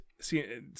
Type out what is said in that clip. see